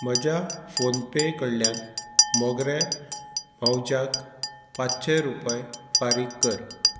म्हज्या फोनपे कडल्यान मोगऱ्या भावच्याक पांचशे रुपय फारीक कर